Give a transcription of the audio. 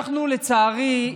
לצערי,